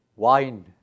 wine